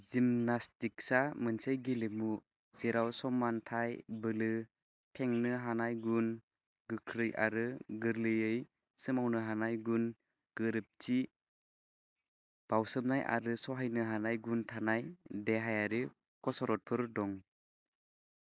जिमनास्टिक्सा मोनसे गेलेमु जेराव समान्थाय बोलो फेंनो हानाय गुन गोख्रै आरो गोरलैयै सोमावनो हानाय गुन गोरोबथि बावसोमनाय आरो सहायनो हानाय गुन थानाय देहायारि कसरतफोर दं